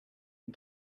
and